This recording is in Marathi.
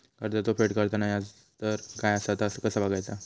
कर्जाचा फेड करताना याजदर काय असा ता कसा बगायचा?